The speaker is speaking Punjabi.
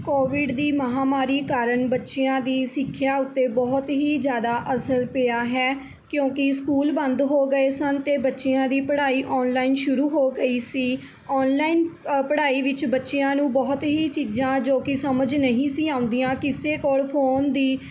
ਕੋਵਿਡ ਦੀ ਮਹਾਮਾਰੀ ਕਾਰਨ ਬੱਚਿਆਂ ਦੀ ਸਿੱਖਿਆ ਉੱਤੇ ਬਹੁਤ ਹੀ ਜ਼ਿਆਦਾ ਅਸਰ ਪਿਆ ਹੈ ਕਿਉਂਕਿ ਸਕੂਲ ਬੰਦ ਹੋ ਗਏ ਸਨ ਅਤੇ ਬੱਚਿਆਂ ਦੀ ਪੜ੍ਹਾਈ ਔਨਲਾਈਨ ਸ਼ੁਰੂ ਹੋ ਗਈ ਸੀ ਔਨਲਾਈਨ ਪੜ੍ਹਾਈ ਵਿੱਚ ਬੱਚਿਆਂ ਨੂੰ ਬਹੁਤ ਹੀ ਚੀਜ਼ਾਂ ਜੋ ਕਿ ਸਮਝ ਨਹੀਂ ਸੀ ਆਉਂਦੀਆਂ ਕਿਸੇ ਕੋਲ ਫੋਨ ਦੀ